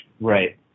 Right